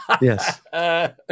Yes